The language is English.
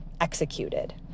executed